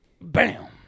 Bam